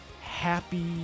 Happy